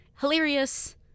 Hilarious